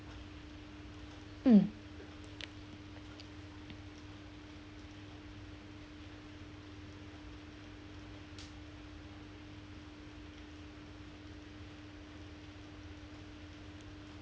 mm